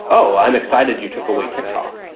oh, i'm excited you took away ticktock.